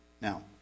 Now